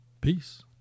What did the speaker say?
peace